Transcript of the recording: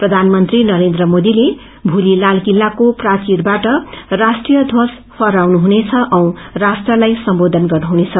प्रधानमन्त्री नरेन्द्र मोदीले भोली लाल किल्लाको प्राचीरबाट राष्ट्रीय ध्वज फहराउनुहुनेछ औ राष्ट्रताई सम्बोधन गर्नुहुनेछ